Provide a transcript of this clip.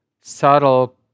subtle